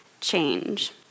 change